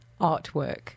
artwork